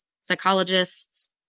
psychologists